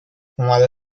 اومده